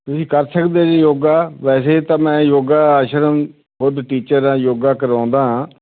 ਤੁਸੀਂ ਕਰ ਸਕਦੇ ਜੀ ਯੋਗਾ ਵੈਸੇ ਤਾਂ ਮੈਂ ਯੋਗਾ ਆਸ਼ਰਮ ਖੁਦ ਟੀਚਰ ਆ ਯੋਗਾ ਕਰਵਾਉਂਦਾ